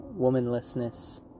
womanlessness